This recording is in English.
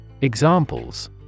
Examples